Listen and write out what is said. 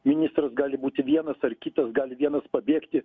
ministras gali būti vienas ar kitas gali vienas pabėgti